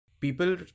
people